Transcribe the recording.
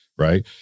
right